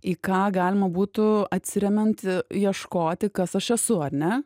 į ką galima būtų atsiremiant ieškoti kas aš esu ar ne